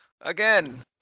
again